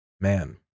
Man